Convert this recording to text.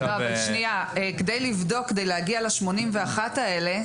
כדי לבדוק ולהגיע ל-81 האלה,